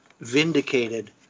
vindicated